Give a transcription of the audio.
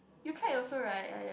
you tried also right !aiya!